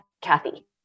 Kathy